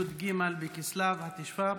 י"ג בכסלו התשפ"ב,